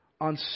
on